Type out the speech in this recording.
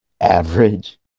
average